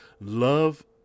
love